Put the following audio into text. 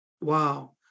Wow